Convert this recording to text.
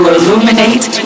Illuminate